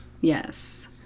yes